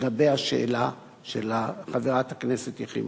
לגבי השאלה של חברת הכנסת יחימוביץ.